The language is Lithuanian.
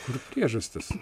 kur priežastys